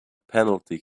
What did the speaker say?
penalty